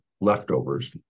leftovers